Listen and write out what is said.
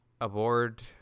aboard